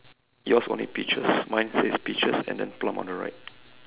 yours only peaches mine says peaches and then plum on the right